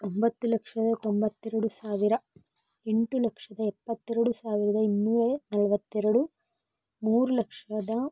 ಒಂಬತ್ತು ಲಕ್ಷದ ತೊಂಬತ್ತೆರಡು ಸಾವಿರ ಎಂಟು ಲಕ್ಷದ ಎಪ್ಪತ್ತೆರಡು ಸಾವಿರದ ಇನ್ನೂರ ನಲ್ವತ್ತೆರಡು ಮೂರು ಲಕ್ಷದ